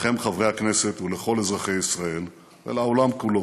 לכם חברי הכנסת ולכל אזרחי ישראל ולעולם כולו,